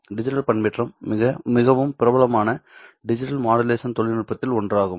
digital பண்பேற்றம் மிகவும் பிரபலமான டிஜிட்டல் மாடுலேஷன் தொழில்நுட்பத்தில் ஒன்றாகும்